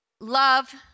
love